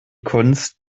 kunst